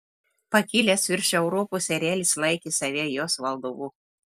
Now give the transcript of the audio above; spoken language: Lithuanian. pakilęs virš europos erelis laikė save jos valdovu